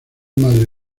madre